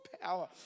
power